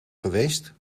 geweest